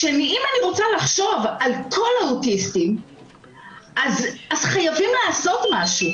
אם אני רוצה לחשוב על כל האוטיסטים אז חייבים לעשות משהו,